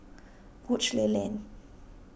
Woodleigh Lane